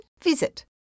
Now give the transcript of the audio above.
visit